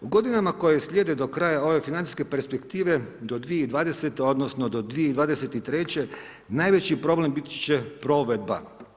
U godinama koje slijede do kraja ove financijske perspektive, do 2020., odnosno do 2023. najveći problem biti će provedba.